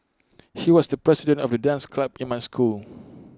he was the president of the dance club in my school